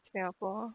singapore